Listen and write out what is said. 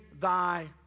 thy